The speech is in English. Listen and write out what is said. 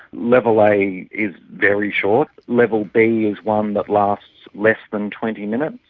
level a is very short. level b is one that lasts less than twenty minutes,